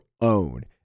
own